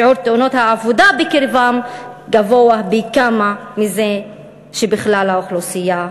שיעור תאונות העבודה בקרבם גבוה פי כמה מזה שבכלל האוכלוסייה,